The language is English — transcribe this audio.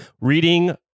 Reading